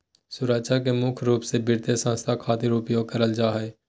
सुरक्षा के मुख्य रूप से वित्तीय संस्था खातिर उपयोग करल जा हय